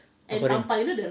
apa tu